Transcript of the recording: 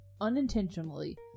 unintentionally